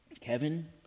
Kevin